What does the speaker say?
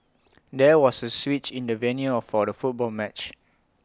there was A switch in the venue for the football match